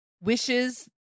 wishes